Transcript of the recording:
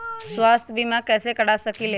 स्वाथ्य बीमा कैसे करा सकीले है?